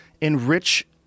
enrich